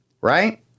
right